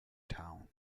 town